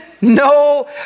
no